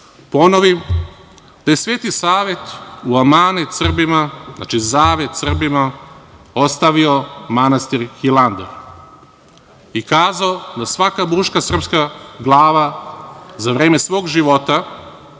ponoviti, gde sveti Savet u amanet Srbima, znači zavet Srbima ostavio manastir Hilandar. I kazao da svaka muška srpska glava za vreme svog života